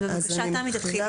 תתחילי